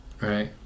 Right